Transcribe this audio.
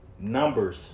Numbers